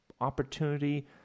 opportunity